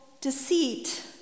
deceit